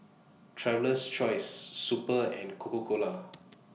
Traveler's Choice Super and Coca Cola